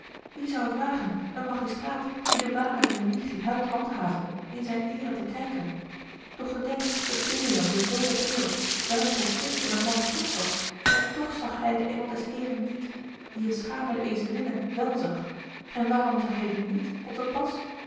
wie zou het wagen een magistraat die de ware religie helpt handhaven in zijne eere te krenken doch gedenk dat bileam de zone beors wel een profeet en een man gods was en toch zag saint n des heeren niet dien eene schamele ezelinne wèl zag en waarom zag hij dien niet op dat pas